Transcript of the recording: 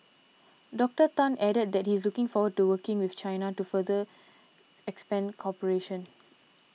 Doctor Tan added that he is looking forward to working with China to further expand cooperation